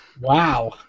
Wow